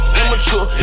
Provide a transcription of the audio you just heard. immature